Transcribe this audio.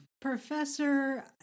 Professor